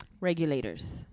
regulators